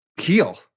heal